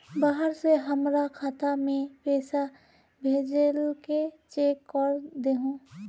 बाहर से हमरा खाता में पैसा भेजलके चेक कर दहु?